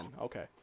Okay